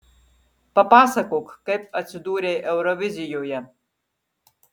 papasakok kaip atsidūrei eurovizijoje